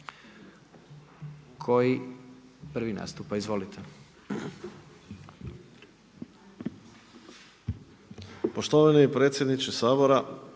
koji prvi nastupa. Izvolite.